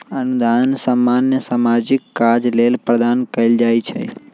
अनुदान सामान्य सामाजिक काज लेल प्रदान कएल जाइ छइ